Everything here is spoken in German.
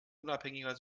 unabhängiger